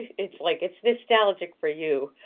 it's like, it's nostalgic for you,